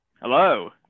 Hello